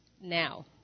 Now